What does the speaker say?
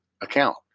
account